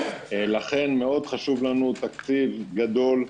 ולכן חשוב לנו תקציב גדול,